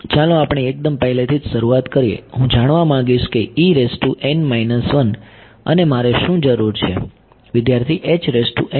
ચાલો આપણે એકદમ પહેલેથી જ શરૂઆત કરીએ હું જાણવા માંગીશ કે અને મારે શું જરૂર છે